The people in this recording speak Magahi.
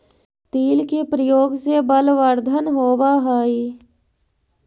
तिल के प्रयोग से बलवर्धन होवअ हई